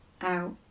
out